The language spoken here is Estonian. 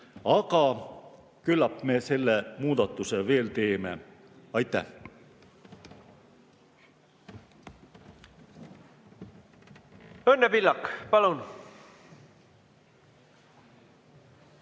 Aga küllap me selle muudatuse veel teeme. Aitäh!